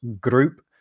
group